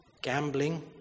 gambling